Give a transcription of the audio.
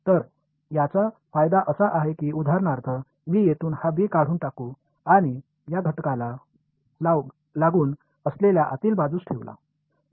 तर याचा फायदा असा आहे की उदाहरणार्थ मी येथून हा बी काढून टाकू आणि या घटकाला लागून असलेल्या आतील बाजूस ठेवला